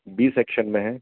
B section में है